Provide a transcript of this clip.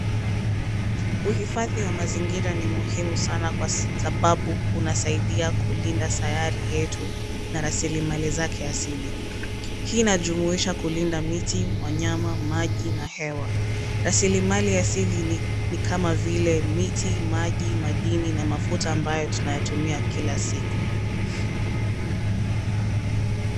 Uhifadhi wa mazingira ni muhimu sana kwa sababu unasaidia kulinda sayari yetu na rasilimali zake asili. Hii inajumuisha kulinda miti, wanyama, maji na hewa. Rasilimali asili ni kama vile; miti, maji, madini na mafuta ambayo tunayatumia kila siku.